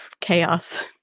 chaos